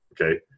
okay